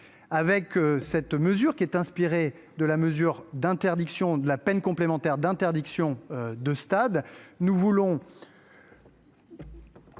à cette disposition, qui est inspirée de la peine complémentaire d’interdiction de stade, nous voulons